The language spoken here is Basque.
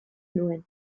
nuen